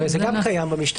הרי זה גם קיים במשטרה.